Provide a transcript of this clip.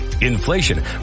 inflation